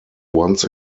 once